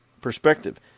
perspective